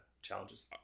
challenges